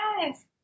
Yes